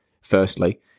firstly